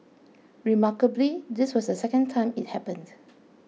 remarkably this was the second time it happened